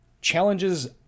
Challenges